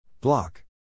Block